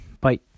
bye